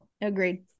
agreed